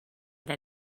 than